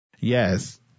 Yes